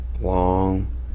long